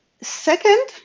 second